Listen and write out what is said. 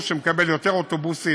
הציבור, שמקבל יותר אוטובוסים